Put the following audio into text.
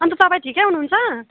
अन्त तपाईँ ठिकै हुनुहुन्छ